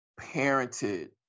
parented